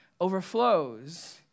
overflows